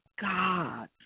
God